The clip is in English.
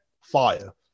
fire